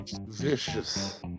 vicious